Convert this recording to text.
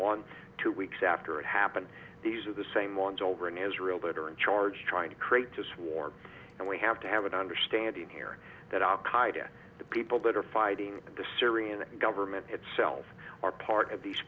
one two weeks after it happened these are the same ones over in israel that are in charge trying to create to swarm and we have to have an understanding here that al qaeda the people that are fighting the syrian government itself are part of these